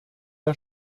der